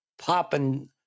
popping